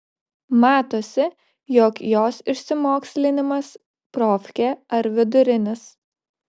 matosi jog jos išsimokslinimas profkė ar vidurinis